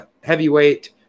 heavyweight